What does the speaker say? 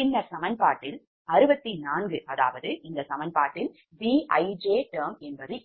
பின்னர் சமன்பாட்டில் 64 அதாவது இந்த சமன்பாட்டில் Bij term